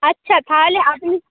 আচ্ছা তাহলে আপনি